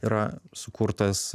yra sukurtas